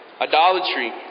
Idolatry